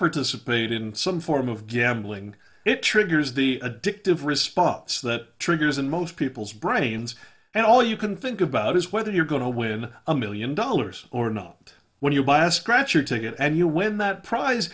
participate in some form of gambling it triggers the addictive response that triggers in most people's brains and all you can think about is whether you're going to win a million dollars or not when you buy a scratch or ticket and you win that prize